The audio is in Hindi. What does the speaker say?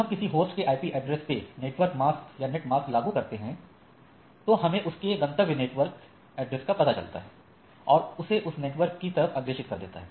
जब हम किसी होस्ट के आईपी एड्रेस पे नेटवर्क मास्क लागू करते हैं तो हमें उसके गंतव्य नेटवर्क एड्रेस का पता चलता है और उसे उस नेटवर्क की तरफ अग्रेषित कर दिया जाता है